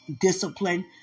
discipline